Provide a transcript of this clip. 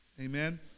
Amen